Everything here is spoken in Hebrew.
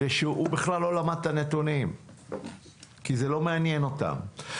כי הוא בכלל לא למד את הנתונים כי זה לא מעניין אותם.